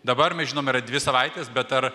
dabar mes žinom yra dvi savaitės bet ar